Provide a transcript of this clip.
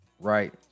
right